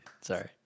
Sorry